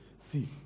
see